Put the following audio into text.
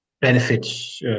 benefits